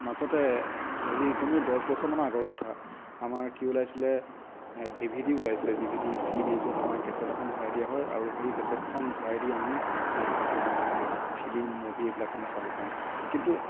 মাজতে আজি কমেও দহ বছৰমান আগৰ কথা আমাৰ কি ওলাইছিলে এ ডিভিডি ওলাইছিলে ডিভিডি চিডি য'ত আমাৰ কেচেট এখন ভৰাই দিয়া হয় আৰু সেই কেচেটখন ভৰাই দি আমি এ কিছুমান ফ্লিম মোভি এইবিলাক মানে চাব পাৰোঁ কিন্তু